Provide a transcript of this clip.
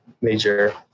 major